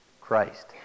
Christ